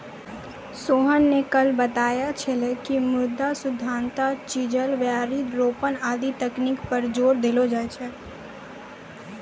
सोहन न कल बताय छेलै कि मृदा सघनता, चिजल, क्यारी रोपन आदि तकनीक पर जोर देलो जाय छै